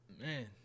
Man